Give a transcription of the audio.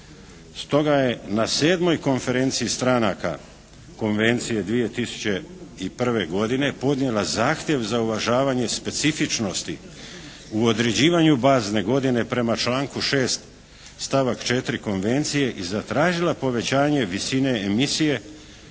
Stoga je na 7. Konferenciji stranaka Konvencije 2001. godine podnijela zahtjev za uvažavanje specifičnosti u određivanju bazne godine prema članku 6. stavak 4. Konvencije i zatražila povećanje visine emisije